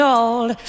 old